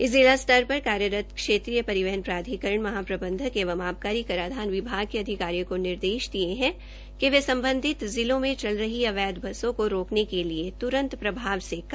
इस जिला स्तर पर कार्यरत क्षेत्रीय परिवहन प्राधिकरण महाप्रंबधक एवं आबकारी कराधान विभाग के अधिकारियों को निर्देश दिए हैं कि वे संबधित जिलों में चल रही अवैध बसों को रोकने के लिए त्रन्त प्रभाव से कार्यवाई करें